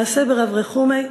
המעשה ברב רחומי,